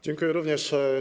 Dziękuję również.